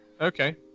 Okay